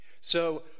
So